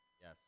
Yes